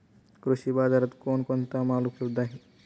कृषी बाजारात कोण कोणता माल उपलब्ध आहे?